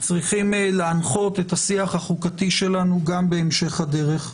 צריכים להנחות את השיח החוקתי שלנו גם בהמשך הדרך.